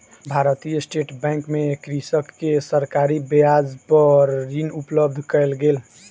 भारतीय state bank मे कृषक के सरकारी ब्याज पर ऋण उपलब्ध कयल गेल